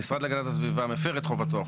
או לשנות את השיטה,